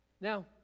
Now